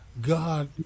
God